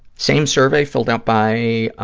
same survey, filled out by